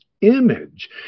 image